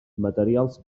materials